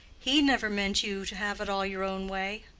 he never meant you to have it all your own way.